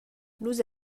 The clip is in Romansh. nus